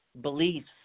beliefs